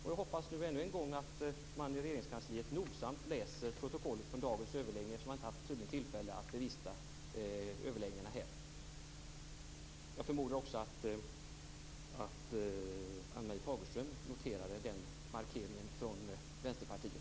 Jag hoppas ännu en gång att man i Regeringskansliet nogsamt läser protokollet från dagens överläggning, som man inte har haft tid och tillfälle att bevista. Jag förmodar att också Ann-Marie Fagerström noterade denna markering från Vänsterpartiet.